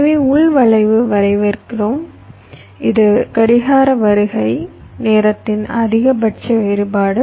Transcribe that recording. எனவே உள் வளைவை வரையறுக்கிறோம் இது கடிகார வருகை நேரத்தின் அதிகபட்ச வேறுபாடு